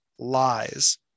lies